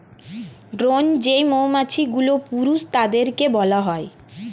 drone যেই মৌমাছিগুলো, পুরুষ তাদেরকে বলা হয়